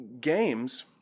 games